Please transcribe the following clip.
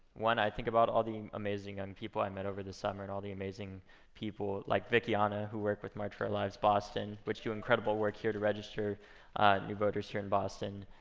one, i think about all the amazing, young people i met over the summer, and all the amazing people like vikiana, who work with march for our lives boston which do incredible work here to register new voters here in boston,